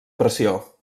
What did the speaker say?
pressió